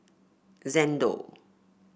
Xndo